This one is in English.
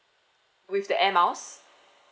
with the air miles